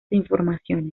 informaciones